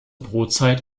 brotzeit